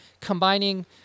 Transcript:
combining